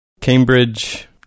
cambridge